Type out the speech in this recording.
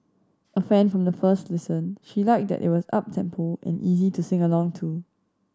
a fan from the first listen she liked that it was uptempo and easy to sing along to